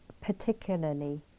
particularly